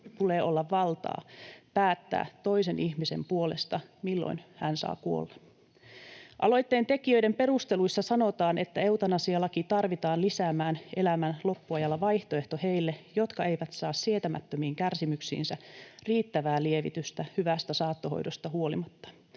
tulee olla valtaa päättää toisen ihmisen puolesta, milloin hän saa kuolla. Aloitteen tekijöiden perusteluissa sanotaan, että eutanasialaki tarvitaan lisäämään elämän loppuajalla vaihtoehto heille, jotka eivät saa sietämättömiin kärsimyksiinsä riittävää lievitystä hyvästä saattohoidosta huolimatta.